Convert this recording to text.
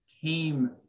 came